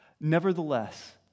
Nevertheless